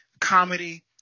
Comedy